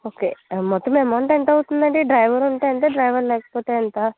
okay మొత్తం amount ఎంత అవుతుందండి డ్రైవర్ ఉంటే ఎంత డ్రైవర్ లేకపోతే ఎంత